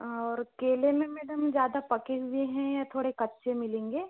और केले में मैडम ज़्यादा पके हुए हैं या थोड़े कच्चे मिलेंगे